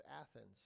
Athens